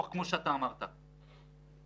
בדיוק הפוך ממה שאתה אומר החל מסוגיית הזכויות.